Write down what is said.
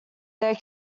there